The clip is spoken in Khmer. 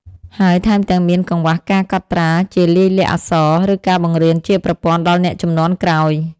ហើយថែមទាំងមានកង្វះការកត់ត្រាជាលាយលក្ខណ៍អក្សរ ឬការបង្រៀនជាប្រព័ន្ធដល់អ្នកជំនាន់ក្រោយ។